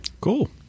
Cool